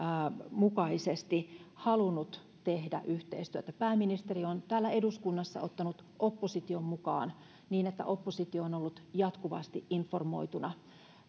mukaisesti halunnut tehdä yhteistyötä pääministeri on täällä eduskunnassa ottanut opposition mukaan niin että oppositio on ollut jatkuvasti informoituna